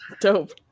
Dope